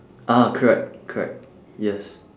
ah correct correct yes